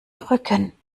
rücken